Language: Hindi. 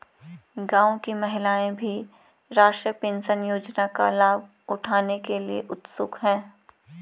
गांव की महिलाएं भी राष्ट्रीय पेंशन योजना का लाभ उठाने के लिए उत्सुक हैं